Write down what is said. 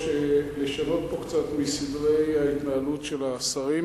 לשנות פה קצת מסדרי ההתנהלות של השרים.